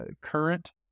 current